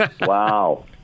Wow